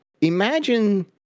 imagine